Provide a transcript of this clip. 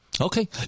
Okay